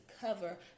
cover